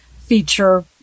feature